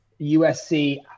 USC